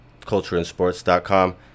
CultureandSports.com